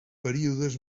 períodes